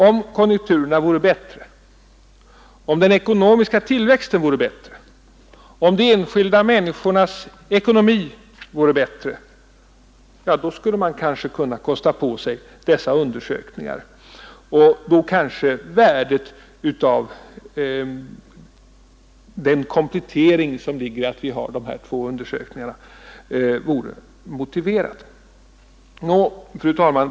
Om konjunkturerna vore bättre, om den ekonomiska tillväxten vore bättre, om de enskilda människornas ekonomi vore bättre, ja, då skulle man kanske kunna kosta på sig dessa undersökningar och då kanske värdet av den komplettering som ligger i att vi får de här två undersökningarna vore motiverad. Fru talman!